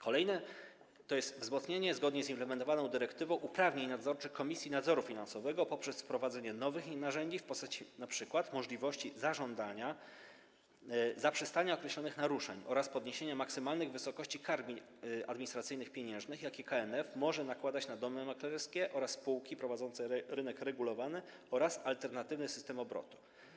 Kolejna sprawa to jest wzmocnienie - zgodnie z implementowaną dyrektywą - uprawnień nadzorczych Komisji Nadzoru Finansowego poprzez wprowadzenie nowych narzędzi w postaci np. możliwości zażądania zaprzestania określonych naruszeń oraz podniesienia maksymalnych wysokości kar administracyjnych pieniężnych, jakie KNF może nakładać na domy maklerskie oraz spółki prowadzące rynek regulowany oraz alternatywny system obrotu.